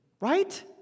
right